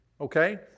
okay